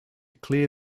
clear